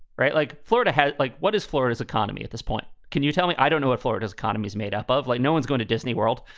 right. like florida has. like, what is florida's economy at this point? can you tell me? i don't know what florida's economy is made up of. like no one's going to disneyworld,